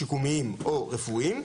שיקומיים או רפואיים.